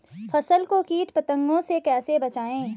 फसल को कीट पतंगों से कैसे बचाएं?